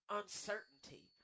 uncertainty